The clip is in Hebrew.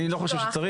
אני לא חושב שצריך.